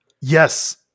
Yes